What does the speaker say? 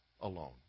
alone